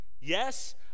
Yes